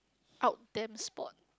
out them spot